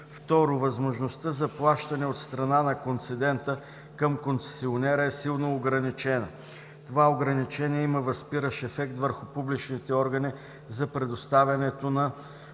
Второ, възможността за плащане от страна на концедента към концесионера е силно ограничена. Това ограничение има възпиращ ефект върху публичните органи за предоставянето на